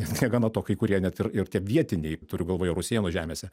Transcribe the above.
negana to kai kurie net ir ir tie vietiniai turiu galvoje rusėnų žemėse